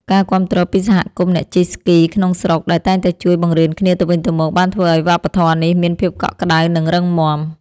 ការគាំទ្រពីសហគមន៍អ្នកជិះស្គីក្នុងស្រុកដែលតែងតែជួយបង្រៀនគ្នាទៅវិញទៅមក បានធ្វើឱ្យវប្បធម៌នេះមានភាពកក់ក្ដៅ និងរឹងមាំ។